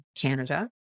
Canada